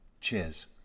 Cheers